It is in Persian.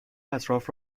اطراف